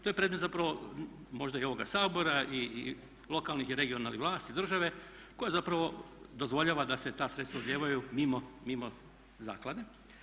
To je predmet zapravo možda i ovoga Sabora i lokalnih i regionalnih vlasti, države koja zapravo dozvoljava da se ta sredstva odljevaju mimo zaklade.